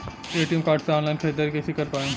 ATM card से online ख़रीदारी कइसे कर पाएम?